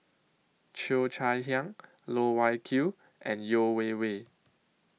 Cheo Chai Hiang Loh Wai Kiew and Yeo Wei Wei